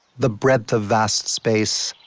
the breadth of vast space.